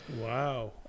Wow